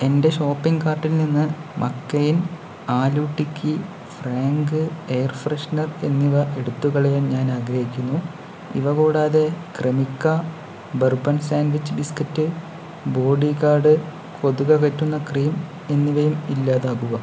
എന്റെ ഷോപ്പിംഗ് കാർട്ടിൽ നിന്ന് McCain aloo tikki Frank air freshener എന്നിവ എടുത്തു കളയാൻ ഞാൻ ആഗ്രഹിക്കുന്നു ഇവ കൂടാതെ Cremica bourbon sandwich biscuit Bodyguard കൊതുക് അകറ്റുന്ന ക്രീം എന്നിവയും ഇല്ലാതാക്കുക